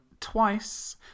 twice